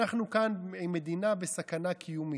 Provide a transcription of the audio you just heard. אנחנו כאן מדינה בסכנה קיומית,